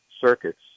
circuits